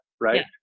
right